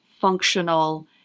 functional